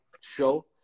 show